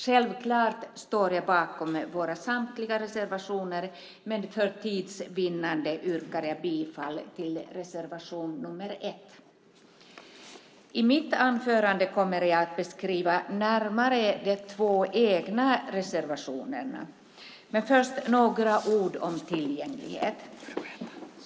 Självklart står jag bakom våra samtliga reservationer, men för tids vinnande yrkar jag bifall till reservation nr 1. I mitt anförande kommer jag att närmare beskriva de två egna reservationerna. Men först ska jag säga några ord om tillgänglighet.